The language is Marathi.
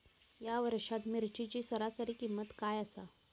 या वर्षात मिरचीची सरासरी किंमत काय आसा?